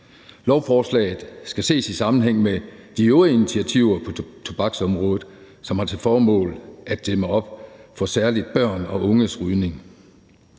Lovforslaget skal ses i sammenhæng med de øvrige initiativer på tobaksområdet, som har til formål at dæmme op for særlig børn og unges rygning.